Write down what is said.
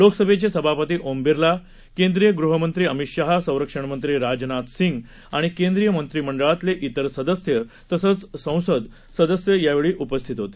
लोकसभेचे सभापती ओम बिर्ला केंद्रिय गृहमंत्री अमित शहा संरक्षणमंत्री राजनाथ सिंग आणि केंद्रिय मंत्रिमंडळातले तिर सदस्य तसंच संसद सदस्य यावेळी उपस्थित होते